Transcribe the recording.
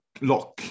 lock